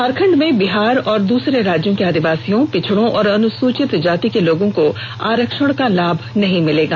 झारखंड में बिहार और दूसरे राज्यों के आदिवासियों पिछड़ों और अनुसूचित जाति के लोगों को आरक्षण का लाभ नहीं मिलेगा